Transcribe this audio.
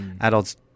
adults